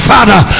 Father